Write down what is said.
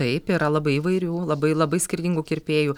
taip yra labai įvairių labai labai skirtingų kirpėjų